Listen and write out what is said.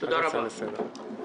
דוח